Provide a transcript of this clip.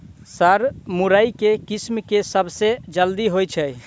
Sir मुरई केँ किसिम केँ सबसँ जल्दी होइ छै?